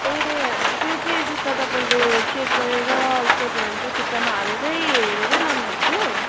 ए त्यो चाहिँ जुत्ता तपाईँले चेक गरेर के भन्छ खुट्टामा हालेरै हेरेरै लानुभएको थियो